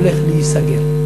הולך להיסגר?